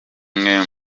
imwe